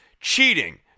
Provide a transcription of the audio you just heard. cheating